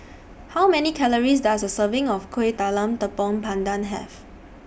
How Many Calories Does A Serving of Kueh Talam Tepong Pandan Have